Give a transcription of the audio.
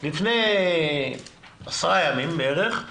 ולפני עשרה ימים בערך,